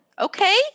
Okay